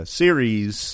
series